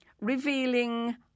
revealing